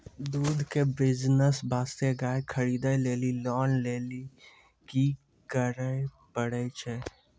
दूध के बिज़नेस वास्ते गाय खरीदे लेली लोन लेली की करे पड़ै छै?